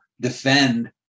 defend